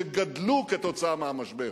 שגדלו כתוצאה מהמשבר,